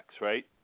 right